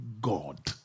God